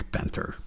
Panther